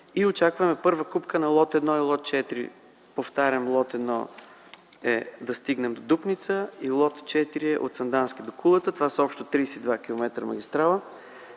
и очакваме първа копка на лот 1 и лот 4. Повтарям, лот 1 да стигнем до Дупница и лот 4 – от Сандански до Кулата. Това са общо 32 км магистрала.